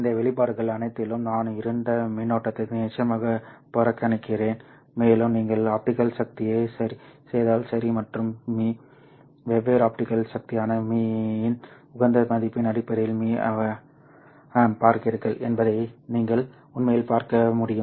இந்த வெளிப்பாடுகள் அனைத்திலும் நான் இருண்ட மின்னோட்டத்தை நிச்சயமாக புறக்கணிக்கிறேன் மேலும் நீங்கள் ஆப்டிகல் சக்தியை சரி செய்தால் சரி மற்றும் மீ வெவ்வேறு ஆப்டிகல் சக்திக்கான மீ இன் உகந்த மதிப்பின் அடிப்படையில் மீ பார்க்கிறீர்கள் என்பதை நீங்கள் உண்மையில் பார்க்க முடியும்